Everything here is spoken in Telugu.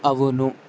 అవును